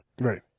Right